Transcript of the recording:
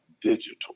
digital